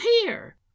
here